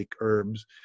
herbs